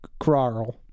Kral